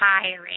tiring